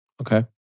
Okay